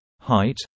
height